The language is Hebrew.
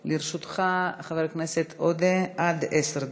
לרשותך, חבר הכנסת עודה, עד עשר דקות.